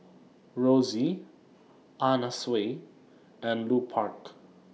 Roxy Anna Sui and Lupark